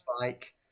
bike